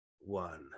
one